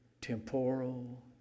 temporal